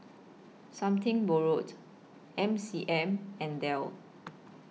Something Borrowed M C M and Dell